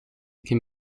can